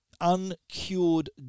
uncured